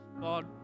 God